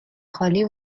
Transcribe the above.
خالی